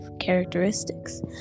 characteristics